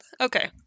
okay